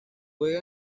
juega